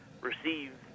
receive